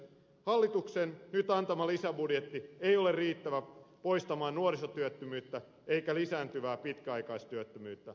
hallituksen nyt antama lisäbudjetti ei ole riittävä poistamaan nuorisotyöttömyyttä eikä lisääntyvää pitkäaikaistyöttömyyttä